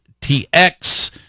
TX